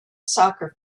soccer